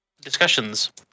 Discussions